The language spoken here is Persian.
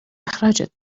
اخراجت